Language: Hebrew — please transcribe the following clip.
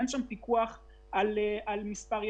אין שם פיקוח על מספר ילדים,